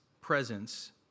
presence